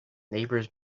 neighbors